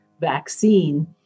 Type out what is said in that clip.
vaccine